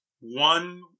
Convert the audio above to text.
one